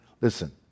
Listen